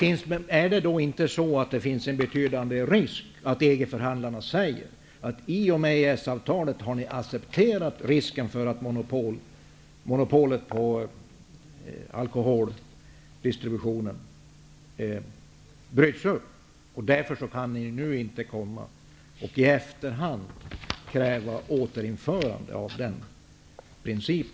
Finns det inte då en betydande risk att EG förhandlarna säger att vi i och med EES-avtalet har accepterat att monopolet på alkoholdistribution brutits upp? Då skulle vi inte i efterhand kunna kräva ett återinförande av denna princip.